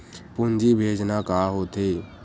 पूंजी भेजना का होथे?